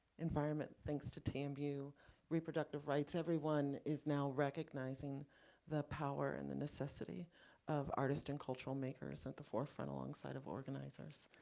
environment, thanks to tambu, reproductive rights. everyone is now recognizing the power and the necessity of artists and cultural makers at the forefront alongside of organizers.